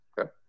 Okay